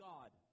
God